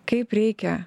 kaip reikia